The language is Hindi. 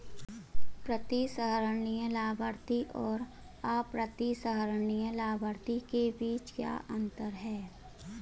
प्रतिसंहरणीय लाभार्थी और अप्रतिसंहरणीय लाभार्थी के बीच क्या अंतर है?